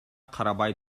карабай